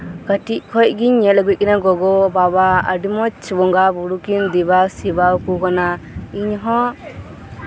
ᱠᱟᱹᱴᱤᱡ ᱠᱷᱚᱡ ᱜᱤᱧ ᱧᱮᱞ ᱟᱜᱩᱭᱮᱫ ᱠᱤᱱᱟᱹ ᱜᱚᱜᱚᱼᱵᱟᱵᱟ ᱟᱹᱰᱤ ᱢᱚᱸᱡ ᱵᱚᱸᱜᱟᱼᱵᱩᱨᱩ ᱠᱤᱱ ᱫᱮᱵᱟᱼᱥᱮᱵᱟᱣᱟᱠᱩ ᱠᱟᱱᱟ ᱤᱧᱦᱚᱸ